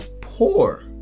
poor